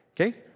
Okay